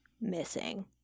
missing